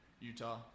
Utah